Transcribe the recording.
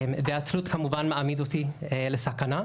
והתלות כמובן מעמיד אותי בסכנה.